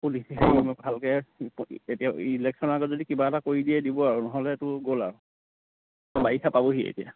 পুলিচে হেনো ভালকে এতিয়া ইলেকশচ্যনৰ আগত যদি কিবা এটা কৰি দিয়ে দিব আৰু নহ'লে এইটো গ'ল আৰু বাৰিষা পাবহি এতিয়া